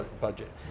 budget